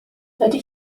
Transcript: dydy